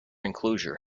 enclosure